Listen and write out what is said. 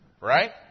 right